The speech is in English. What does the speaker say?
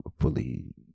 fully